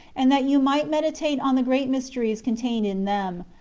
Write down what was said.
and that you might meditate on the great mysteries contained in them,